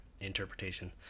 interpretation